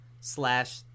slash